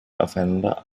aufeinander